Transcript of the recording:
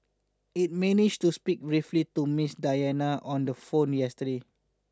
it managed to speak briefly to Ms Diana on the phone yesterday